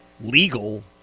legal